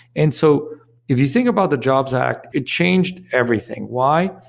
and so if you think about the jobs act, it changed everything. why?